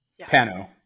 Pano